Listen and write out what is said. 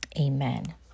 amen